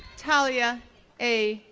thalia a.